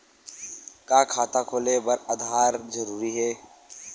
का खाता खोले बर आधार जरूरी हे?